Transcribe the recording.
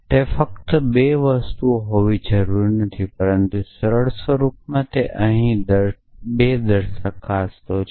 તે ફક્ત 2 વસ્તુ હોવાની જરૂર નથી પરંતુ સરળ સ્વરૂપમાં તે અહીં 2 દરખાસ્તો છે